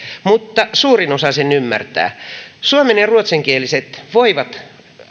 mutta suurin osa sen ymmärtää suomen ja ruotsinkieliset voivat